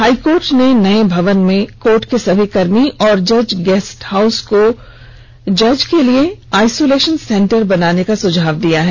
high court ने नए भवन में कोर्ट के सभी कर्मी और जज गेस्ट हाउस को जज के लिए आइसोलेशन सेंटर बनाने का सुझाव दिया है